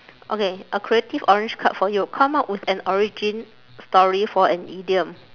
okay a creative orange card for you come up with an origin story for an idiom